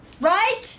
right